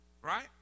Right